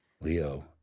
Leo